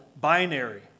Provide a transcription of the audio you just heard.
binary